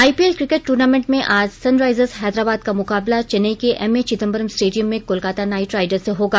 IPL cricket tournament में आज sun risers Hyderabad का मुकाबला चेन्नई के एम ए चिदंबरम स्टेडियम में कोलकाता नाइट राइडर्स से होगा